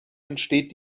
entsteht